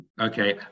Okay